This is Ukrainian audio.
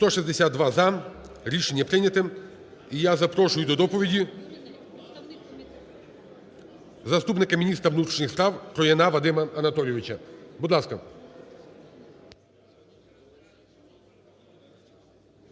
За-162 Рішення прийнято. І я запрошую до доповіді заступника міністра внутрішніх справ Трояна Вадима Анатолійовича. Будь ласка.